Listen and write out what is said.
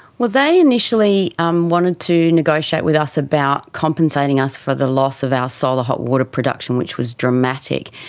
well, they initially um wanted to negotiate with us about compensating us for the loss of our solar hot water production, which was dramatic.